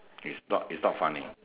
is not is not funny